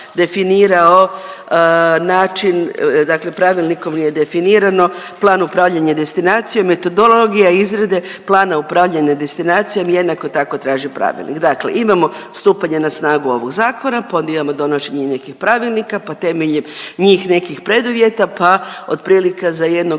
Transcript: definirao način dakle pravilnikom je definirano plan upravljanja destinacijom, metodologija izrade plana upravljanja destinacijom jednako tako traži pravilnik. Dakle, imamo stupanje na snagu ovog zakona, pa onda imamo donošenje nekih pravilnika, pa temeljem njih nekih preduvjeta, pa otprilike za jedno